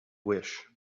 wish